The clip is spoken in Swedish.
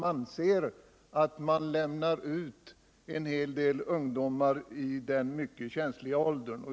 De anser att man lämnar ut en hel del ungdomar som är i en mycket känslig ålder.